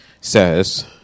says